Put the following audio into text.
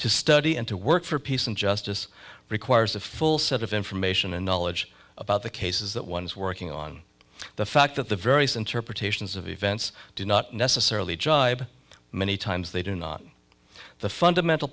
to study and to work for peace and justice requires a full set of information and knowledge about the cases that one is working on the fact that the various interpretations of events do not necessarily jibe many times they do not the fundamental